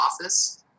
office